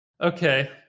Okay